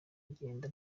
genda